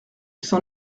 s’en